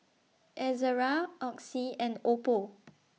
Ezerra Oxy and Oppo